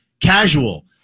casual